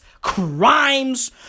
crimes